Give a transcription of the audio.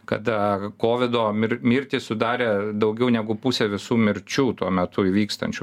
kada kovido mir mirtį sudarė daugiau negu pusė visų mirčių tuo metu įvykstančių